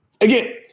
Again